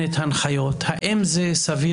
האם אנחנו רוצים